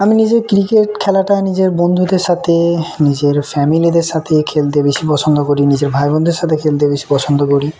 আমি নিজে ক্রিকেট খেলাটা নিজের বন্ধুদের সাথে নিজের ফ্যামিলিদের সাথে খেলতে বেশি পছন্দ করি নিজের ভাই বোনদের সাথে খেলতে বেশি পছন্দ করি